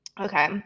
Okay